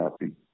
happy